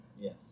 Yes